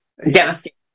Devastating